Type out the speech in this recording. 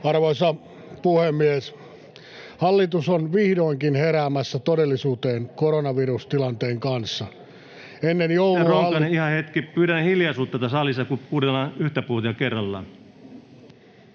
Arvoisa puhemies! Hallitus on vihdoinkin heräämässä todellisuuteen koronavirustilanteen kanssa. Ennen joulua...